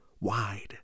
wide